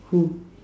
who